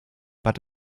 but